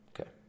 Okay